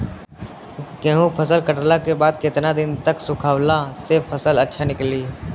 गेंहू फसल कटला के बाद केतना दिन तक सुखावला से फसल अच्छा निकली?